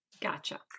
Gotcha